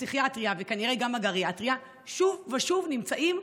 הפסיכיאטריה וכנראה שגם הגריאטריה שוב ושוב נמצאים,